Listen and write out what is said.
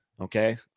Okay